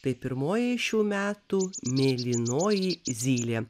tai pirmoji šių metų mėlynoji zylė